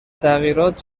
تغییرات